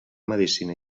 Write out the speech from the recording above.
medicina